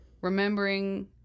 Remembering